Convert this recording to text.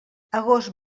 agost